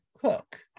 cook